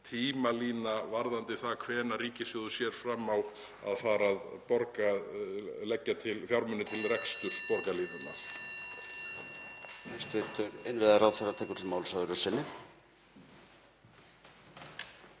tímalína varðandi það hvenær ríkissjóður sér fram á að fara að leggja til fjármuni til reksturs borgarlínu.